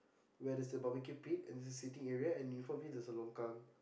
where there's a barbecue pit and there's a seating area and in front of it there's a longkang